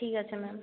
ঠিক আছে ম্যাম